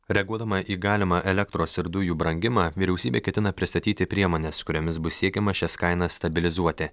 reaguodama į galimą elektros ir dujų brangimą vyriausybė ketina pristatyti priemones kuriomis bus siekiama šias kainas stabilizuoti